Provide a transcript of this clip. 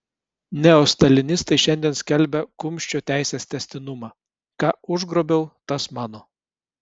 neostalinistai šiandien skelbia kumščio teisės tęstinumą ką užgrobiau tas mano